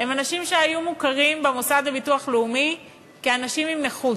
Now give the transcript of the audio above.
והם אנשים שהיו מוכרים במוסד לביטוח לאומי כאנשים עם נכות,